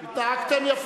הוא מפריע לנו במעשיו.